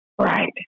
Right